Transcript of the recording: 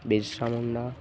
Birsa Munda